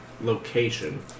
location